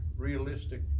realistic